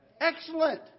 excellent